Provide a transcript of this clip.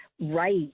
right